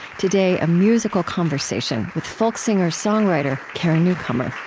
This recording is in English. today a musical conversation with folk singer-songwriter carrie newcomer